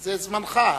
זה זמנך.